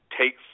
take